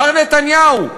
מר נתניהו,